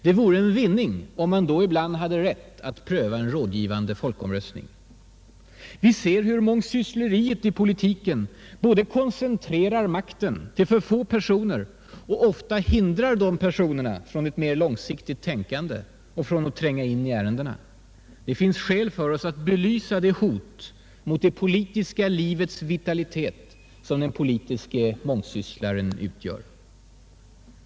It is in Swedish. Det vore en vinning om man då ibland hade rätt att pröva en rådgivande folkomröstning. Vi ser hur mångsyssleriet i politiken både koncentrerar makten till för få personer och ofta hindrar de personerna från mer långsiktigt tänkande och från att tränga in i ärendena. Det finns skäl för oss att belysa det hot mot det politiska livets vitalitet som den politiske mångsysslaren utgör.